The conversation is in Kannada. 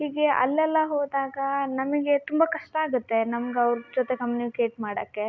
ಹೀಗೆ ಅಲ್ಲೆಲ್ಲ ಹೋದಾಗ ನಮಗೆ ತುಂಬ ಕಷ್ಟ ಆಗುತ್ತೆ ನಮ್ಗೆ ಅವ್ರ ಜೊತೆ ಕಮ್ಯುನಿಕೇಟ್ ಮಾಡೋಕೆ